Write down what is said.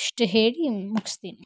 ಇಷ್ಟು ಹೇಳಿ ಮುಗಿಸ್ತೀನಿ